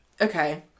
Okay